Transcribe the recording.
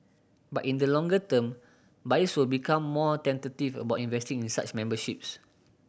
but in the longer term buyers will become more tentative about investing in such memberships